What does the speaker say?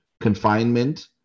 confinement